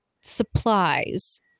supplies